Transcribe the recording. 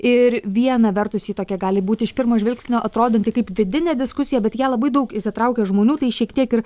ir viena vertus ji tokia gali būti iš pirmo žvilgsnio atrodanti kaip vidinė diskusija bet ją labai daug įsitraukia žmonių tai šiek tiek ir